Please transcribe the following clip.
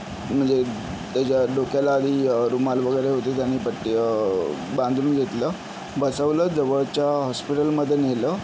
म्हणजे त्याच्या डोक्याला आधी रुमाल वगैरे होते त्यांनी पट्टी बांधून घेतलं बसवलं जवळच्या हॉस्पिटलमधे नेलं